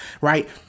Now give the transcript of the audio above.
Right